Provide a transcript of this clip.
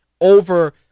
over